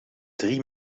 drie